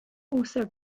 also